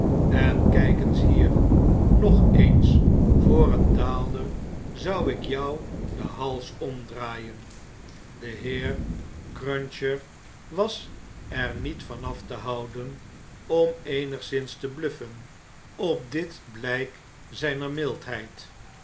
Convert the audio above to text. en kijk eens hier nog eens voor een daalder zou ik jou den hals omdraaien de heer crunchin londen en paeijs er was er niet van af te houden om eenigszins te bluffen op dit blyk zyner mildheid